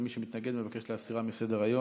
מי שמתנגד, מבקש להסירה מסדר-היום.